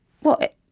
What